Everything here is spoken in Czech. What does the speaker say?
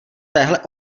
téhle